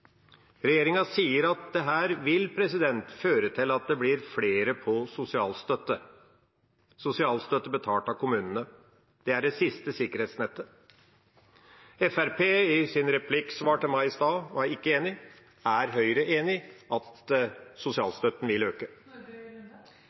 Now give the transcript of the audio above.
Regjeringa sier at dette vil føre til at det blir flere på sosialstøtte – sosialstøtte betalt av kommunene. Det er det siste sikkerhetsnettet. Fremskrittspartiet var i sitt replikksvar til meg i stad ikke enig. Er Høyre enig i at